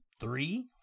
three